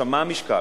עכשיו, מה המשקל?